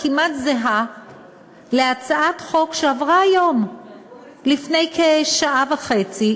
היא כמעט זהה להצעת חוק שעברה היום לפני כשעה וחצי,